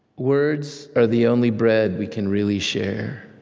words are the only bread we can really share.